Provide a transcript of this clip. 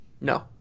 No